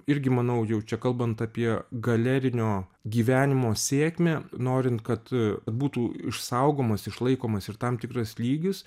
irgi manau jau čia kalbant apie galerinio gyvenimo sėkmę norint kad būtų išsaugomas išlaikomas ir tam tikras lygis